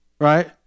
right